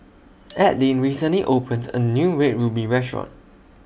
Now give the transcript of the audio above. Adline recently opened A New Red Ruby Restaurant